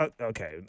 Okay